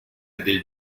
del